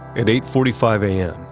at eight forty five a m.